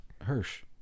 Hirsch